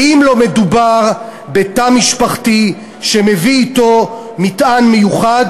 האם לא מדובר בתא משפחתי שמביא אתו מטען מיוחד